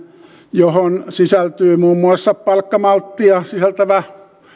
johon sisältyy muun muassa palkkamalttia sisältävä